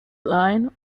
line